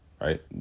right